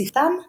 בספרו